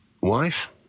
wife